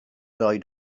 lloyd